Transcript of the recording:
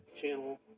Channel